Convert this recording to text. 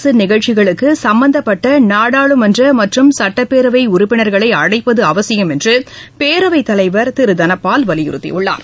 அரசு நிகழ்ச்சிகளுக்கு சம்பந்தப்பட்ட நாடாளுமன்ற மற்றும் சட்டப்பேரவை உறுப்பினர்களை அழைப்பது அவசியம் என்று பேரவைத் தலைவர் திரு பி தனபால் வலியுறுத்தியுள்ளார்